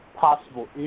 possible